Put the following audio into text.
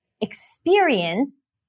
Experience